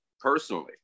Personally